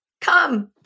Come